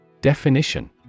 Definition